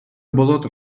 болота